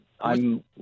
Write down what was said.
I'm-